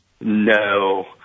No